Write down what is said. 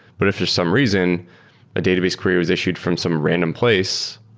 but if for some reason a database query was issued from some random place,